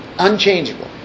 Unchangeable